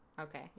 okay